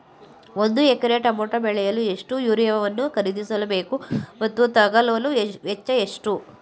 ಒಂದು ಎಕರೆ ಟಮೋಟ ಬೆಳೆಯಲು ಎಷ್ಟು ಯೂರಿಯಾವನ್ನು ಖರೀದಿಸ ಬೇಕು ಮತ್ತು ತಗಲುವ ವೆಚ್ಚ ಎಷ್ಟು?